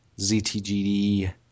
ZTGD